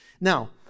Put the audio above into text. Now